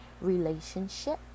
relationship